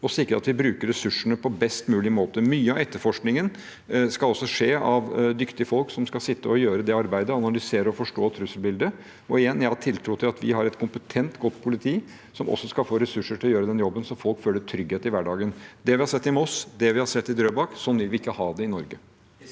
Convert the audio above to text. og sikre at vi bruker ressursene på best mulig måte. Mye av etterforskningen skal altså skje av dyktige folk som skal sitte og gjøre det arbeidet og analysere og forstå trusselbildet. Og igjen: Jeg har tiltro til at vi har et kompetent, godt politi, som skal få ressurser til å gjøre den jobben, så folk føler trygghet i hverdagen. Det vi har sett i Moss, og det vi har sett i Drøbak – sånn vil vi ikke ha det i Norge.